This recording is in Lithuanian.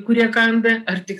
kurie kanda ar tik